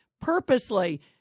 purposely